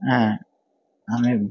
হ্যাঁ আমি